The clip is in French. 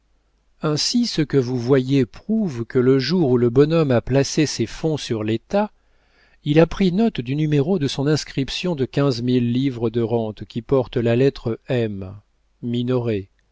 ainsi ce que vous voyez prouve que le jour où le bonhomme a placé ses fonds sur l'état il a pris note du numéro de son inscription de quinze mille livres de rente qui porte la lettre m minoret